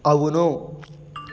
అవును